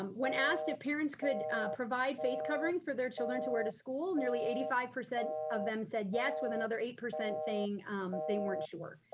um when asked if parents could provide face coverings for their children to wear to school, nearly eighty five percent of them said yes with another eight percent saying they weren't sure.